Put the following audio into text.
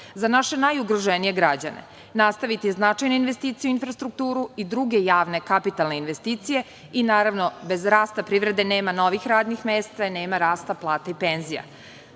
za naše najugroženije građane, nastaviti značajne investicije u infrastrukturu i druge javne kapitalne investicije i, naravno, bez rasta privrede nema novih radnih mesta i nema rasta plata i penzija. Ove